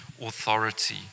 authority